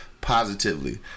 positively